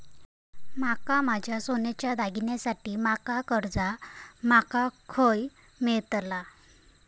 माका माझ्या सोन्याच्या दागिन्यांसाठी माका कर्जा माका खय मेळतल?